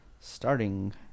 Starting